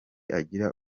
agira